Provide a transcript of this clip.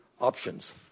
options